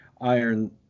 iron